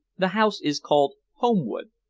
the house is called holmwood.